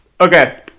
Okay